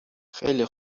خیلی